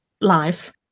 life